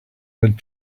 had